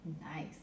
nice